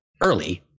early